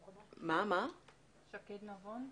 כל מה שאמרו פה במשרד החקלאות והשירותים הווטרינריים,